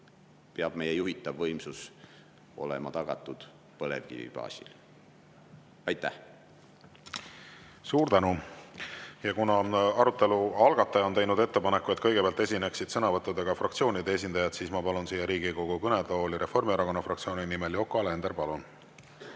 peab meie juhitav võimsus olema tagatud põlevkivi baasil. Aitäh! Suur tänu! Kuna arutelu algataja on teinud ettepaneku, et kõigepealt esineksid sõnavõttudega fraktsioonide esindajad, siis ma palun nüüd siia Riigikogu kõnetooli Reformierakonna fraktsiooni nimel Yoko Alenderi. Palun!